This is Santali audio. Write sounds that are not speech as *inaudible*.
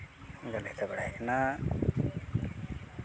*unintelligible* ᱵᱟᱲᱟᱭ ᱠᱟᱱᱟ